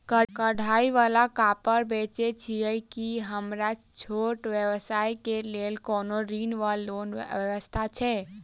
कढ़ाई वला कापड़ बेचै छीयै की हमरा छोट व्यवसाय केँ लेल कोनो ऋण वा लोन व्यवस्था छै?